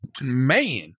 man